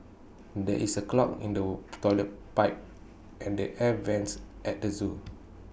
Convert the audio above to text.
there is A clog in the Toilet Pipe and the air Vents at the Zoo